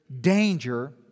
danger